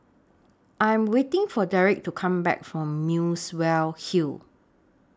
I Am waiting For Derik to Come Back from Muswell Hill